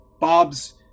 Bob's